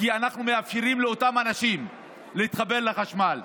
כי אנחנו מאפשרים לאותם אנשים להתחבר לחשמל.